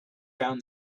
found